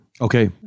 Okay